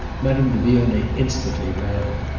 madame de vionnet instantly rallied.